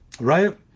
right